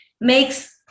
makes